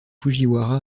fujiwara